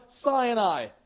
Sinai